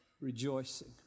rejoicing